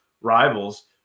rivals